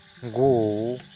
go